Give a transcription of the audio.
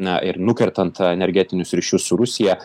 na ir nukertant energetinius ryšius su rusija